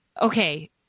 okay